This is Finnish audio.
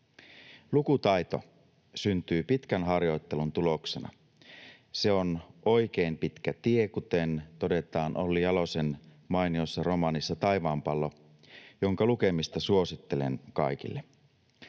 Lukutaito syntyy pitkän harjoittelun tuloksena. ”Se on oikein pitkä tie”, kuten todetaan Olli Jalosen mainiossa romaanissa Taivaanpallo, jonka lukemista suosittelen kaikille.